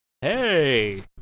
Hey